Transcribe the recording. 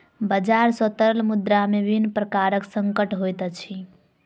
बजार सॅ तरल मुद्रा में विभिन्न प्रकारक संकट होइत अछि